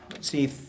see